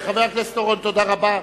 חבר הכנסת אורון, תודה רבה.